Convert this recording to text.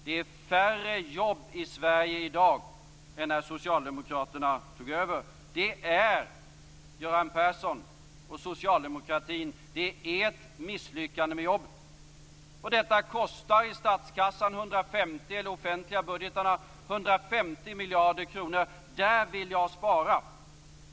Det är färre jobb i Sverige i dag än när socialdemokraterna tog över - det är Göran Perssons och socialdemokratins misslyckande med jobben. Detta kostar i de offentliga budgetarna Där vill jag spara.